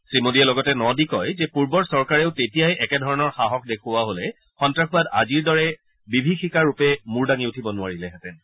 শ্ৰীমোডীয়ে লগতে ন দি কয় যে পূৰ্বৰ চৰকাৰেও তেতিয়াই একেধৰণৰ সাহস দেখুওৱা হলে সন্তাসবাদ আজিৰ দৰে বিভীষিকাৰূপে মূৰ দাঙি উঠিব নোৱাৰিলেহেঁতেন